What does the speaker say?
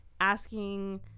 asking